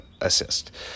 assist